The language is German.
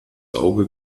auge